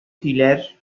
көйләр